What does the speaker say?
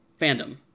fandom